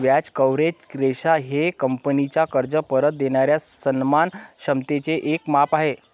व्याज coverage ratio हे कंपनीचा कर्ज परत देणाऱ्या सन्मान क्षमतेचे एक माप आहे